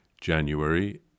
January